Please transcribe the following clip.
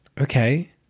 Okay